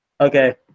Okay